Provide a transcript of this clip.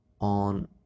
on